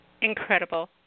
Incredible